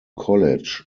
college